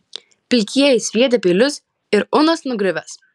pilkieji sviedę peilius ir unas nugriuvęs